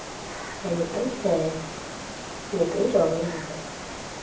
ᱦᱮᱸ ᱧᱩᱛᱩᱢ ᱦᱮᱸ ᱧᱩᱛᱩᱢ ᱡᱚᱵᱟᱢᱚᱱᱤ ᱦᱟᱸᱥᱫᱟ